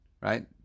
right